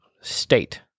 state